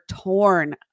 torn